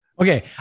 Okay